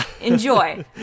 enjoy